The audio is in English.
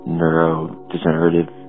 neurodegenerative